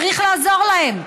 צריך לעזור להם,